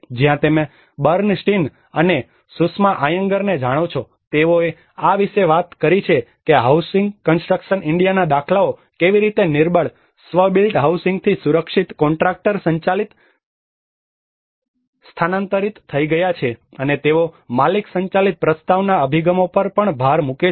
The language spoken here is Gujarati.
જ્યાં તમે બર્નસ્ટીન અને સુષ્મા આયંગરને જાણો છો તેઓએ આ વિશે વાત કરી કે હાઉસિંગ કન્સ્ટ્રક્શન ઇન્ડિયાના દાખલાઓ કેવી રીતે નિર્બળ સ્વ બિલ્ટ હાઉસિંગથી સુરક્ષિત કોન્ટ્રાક્ટર સંચાલિત સ્થાનાંતરિત થઈ ગયા છે અને તેઓ માલિક સંચાલિત પ્રસ્તાવના અભિગમો પર પણ ભાર મૂકે છે